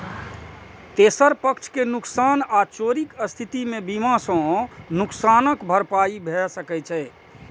तेसर पक्ष के नुकसान आ चोरीक स्थिति मे बीमा सं नुकसानक भरपाई भए सकै छै